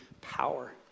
power